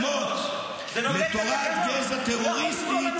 צוררים גרועים מכם ביקשו לשעבד אומות לתורת גזע טרוריסטית,